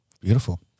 Beautiful